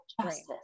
justice